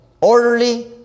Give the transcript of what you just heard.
orderly